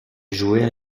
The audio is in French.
jouait